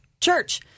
church